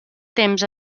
temps